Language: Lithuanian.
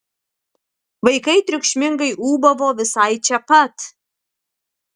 vaikai triukšmingai ūbavo visai čia pat